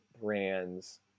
brands